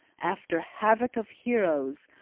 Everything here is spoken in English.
after havoc of heroes,